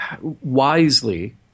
wisely